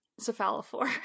cephalophore